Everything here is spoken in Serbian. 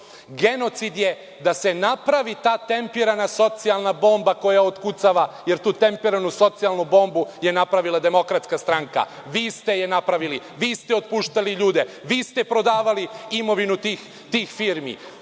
Genocid je da se napravi ta tempirana socijalna bomba koja otkucava, jer tu tempiranu socijalnu bombu je napravila DS. Vi ste je napravili. Vi ste otpuštali ljudi. Vi ste prodavali imovinu tih firmi.